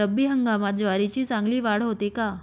रब्बी हंगामात ज्वारीची चांगली वाढ होते का?